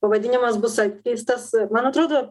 pavadinimas bus atkeistas man atrodo